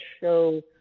show